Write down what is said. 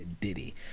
Diddy